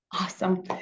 awesome